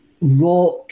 rock